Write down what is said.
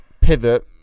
pivot